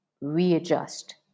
readjust